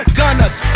gunners